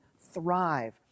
thrive